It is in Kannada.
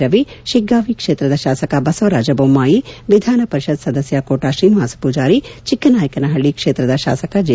ರವಿ ಶಿಗ್ಗಾಂವಿ ಕ್ಷೇತ್ರದ ಶಾಸಕ ಬಸವರಾಜ ಬೊಮ್ಮಾಯಿ ವಿಧಾನ ಪರಿಷತ್ ಸದಸ್ಯ ಕೋಟಾ ಶ್ರೀನಿವಾಸ ಪೂಜಾರಿ ಚಿಕ್ಕನಾಯಕನಹಳ್ಳ ಕ್ಷೇತ್ರದ ಶಾಸಕ ಜೆ